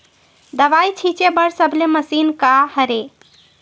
दवाई छिंचे बर सबले मशीन का हरे?